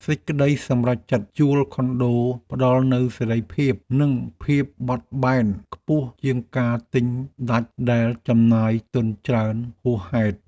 សេចក្តីសម្រេចចិត្តជួលខុនដូផ្តល់នូវសេរីភាព និងភាពបត់បែនខ្ពស់ជាងការទិញដាច់ដែលចំណាយទុនច្រើនហួសហេតុ។